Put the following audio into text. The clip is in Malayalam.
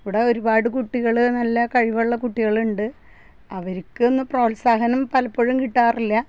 ഇവിടെ ഒരുപാട് കുട്ടികൾ നല്ല കഴിവുള്ള കുട്ടികൾ ഉണ്ട് അവർക്ക് ഇന്ന് പ്രോത്സാഹനം പലപ്പോഴും കിട്ടാറില്ല